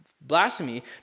blasphemy